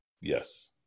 Yes